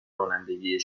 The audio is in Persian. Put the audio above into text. رانندگی